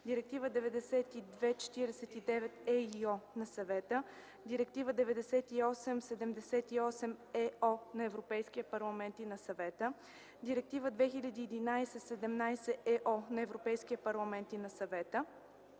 Директива 92/49/EИО на Съвета; - Директива 98/78/ЕО на Европейския парламент и на Съвета; - Директива 2001/17/ЕО на Европейския парламент и на Съвета.